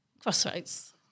crossroads